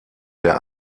der